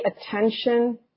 attention